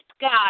God